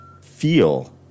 feel